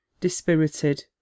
dispirited